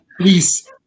please